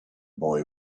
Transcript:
boy